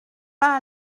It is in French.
pas